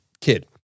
kid